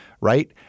Right